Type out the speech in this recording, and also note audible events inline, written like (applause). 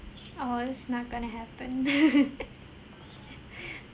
oh that's not going to happen (laughs)